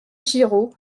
giraud